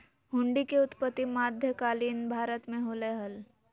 हुंडी के उत्पत्ति मध्य कालीन भारत मे होलय हल